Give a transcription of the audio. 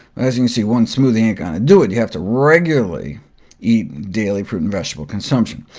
as you can see, one smoothie ain't going to do it you have to regularly eat daily fruit and vegetable consumption.